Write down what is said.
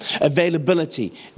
availability